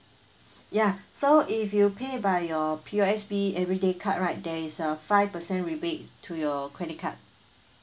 yeah so if you pay by your P_O_S_B everyday card right there is a five percent rebate to your credit card